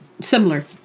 Similar